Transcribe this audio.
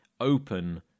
open